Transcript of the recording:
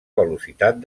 velocitat